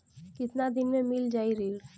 कितना दिन में मील जाई ऋण?